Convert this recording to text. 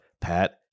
Pat